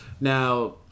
Now